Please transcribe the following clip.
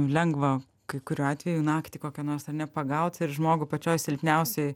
lengva kai kuriu atveju naktį kokio nors ten nepagaut žmogų pačioj silpniausioj